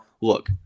Look